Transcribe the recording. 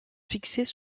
fixées